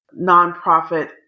nonprofit